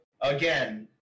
Again